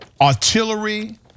artillery